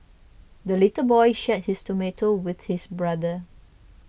the little boy shared his tomato with his brother